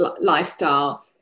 lifestyle